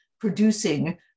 producing